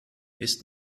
ist